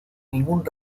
ningún